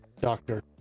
doctor